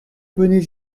bonnets